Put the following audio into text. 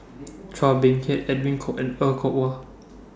Chua Beng Huat Edwin Koek and Er Kwong Wah